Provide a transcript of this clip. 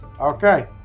Okay